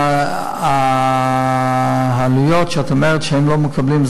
לגבי העלויות שאת אומרת שהם לא מקבלים,